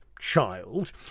Child